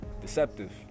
deceptive